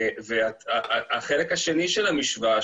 החלק השני של המשוואה,